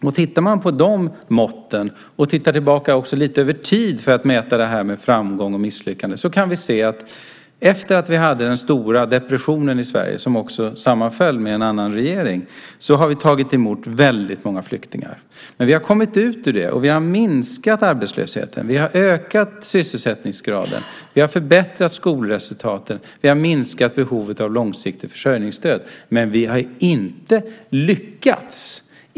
Om vi tittar på de måtten och tittar tillbaka över tid för att mäta framgång och misslyckande, kan vi se att efter den stora depressionen i Sverige - som också sammanföll med en annan regering - har vi tagit emot många flyktingar. Vi har kommit ut ur den, och vi har minskat arbetslösheten. Vi har ökat sysselsättningsgraden. Vi har förbättrat skolresultaten. Vi har minskat behovet av långsiktigt försörjningsstöd. Men vi har inte lyckats.